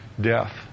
death